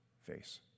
face